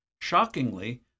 Shockingly